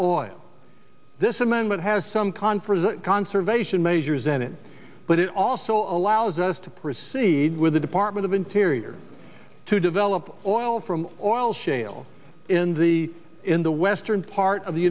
oil this amendment has some conference conservation measures in it but it also allows us to proceed with the department of interior to develop oil from oil shale in the in the western part of the